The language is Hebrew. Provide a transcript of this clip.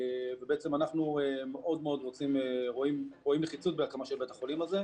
אנחנו רואים נחיצות בהקמה של בית החולים הזה,